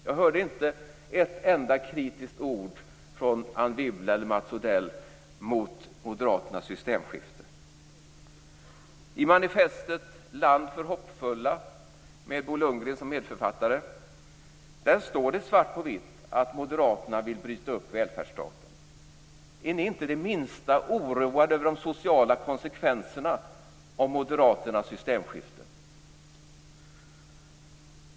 Jag hörde inte ett enda kritiskt ord från Anne Wibble eller Mats Odell mot Moderaternas systemskifte. I manifestet Land för hoppfulla, med Bo Lundgren som medförfattare, står det svart på vitt att Moderaterna vill bryta upp välfärdsstaten. Är ni inte det minsta oroade över de sociala konsekvenserna av Moderaternas systemskifte?